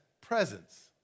presence